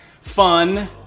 fun